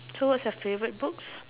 so what's your favorite books